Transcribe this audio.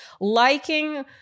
liking